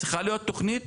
צריכה להיות תכנית,